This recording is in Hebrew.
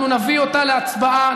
אנחנו נביא אותה להצבעה.